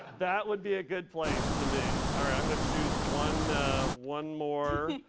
that would be a good place to be. all right, i'm going to choose one one more.